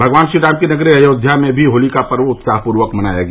भगवान श्रीराम की नगरी अयोध्या में भी होली का पर्व उत्साह पूर्वक मनाया गया